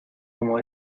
como